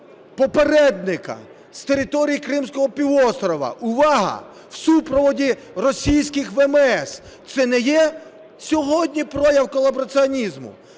попередника з території Кримського півострова – увага! - в супроводі російських ВМС – це не є сьогодні прояв колабораціонізму?